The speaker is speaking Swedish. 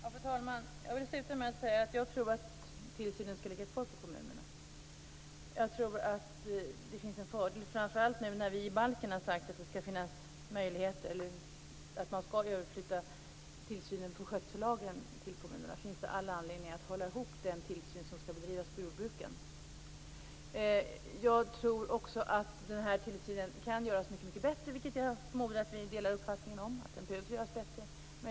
Fru talman! Jag vill sluta med att säga att jag tror att tillsynen skall ligga kvar hos kommunerna. Det finns en fördel med det, framför allt nu när vi i miljöbalken har sagt att man skall överflytta tillsynen enligt skötsellagen till kommunerna. Det finns all anledning att hålla ihop den tillsyn som skall bedrivas på jordbruken. Jag tror också att tillsynen kan göras mycket bättre, och jag förmodar att vi delar uppfattningen att den behöver göras bättre.